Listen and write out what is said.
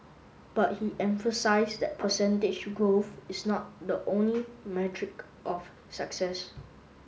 but he emphasised that percentage growth is not the only metric of success